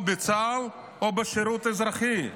או בצה"ל או בשירות אזרחי.